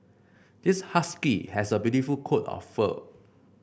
this husky has a beautiful coat of fur